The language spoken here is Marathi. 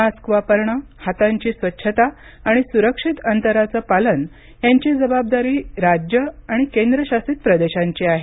मास्क वापरण हातांची स्वच्छता आणि सुरक्षित अंतराचं पालन यांची जबाबदारी राज्यं आणि केंद्रशासित प्रदेशांची आहे